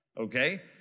okay